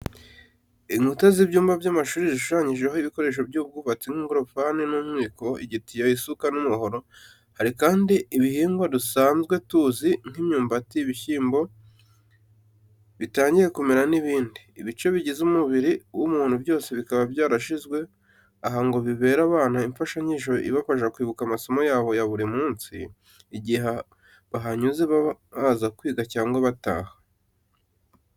Inkuta z'ibyumba by'amashuri zishushanyijeho ibikoresho by'ubwubatsi nk'ingorofani n'umwiko, igitiyo, isuka n'umuhoro, hari kandi ibihingwa dusanzwe tuzi nk'imyumbati, ibishyimbo bitangiye kumera n'ibindi. Ibice bigize umubiri w'umuntu byose bikaba byarashyizwe aha ngo bibere abana imfashanyigisho ibafasha kwibuka amasomo yabo ya buri munsi igihe bahanyuze baza kwiga cyangwa bataha.